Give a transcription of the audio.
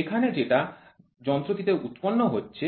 এখানে যেটা যন্ত্রটিতে উৎপন্ন হচ্ছে